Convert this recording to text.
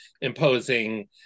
imposing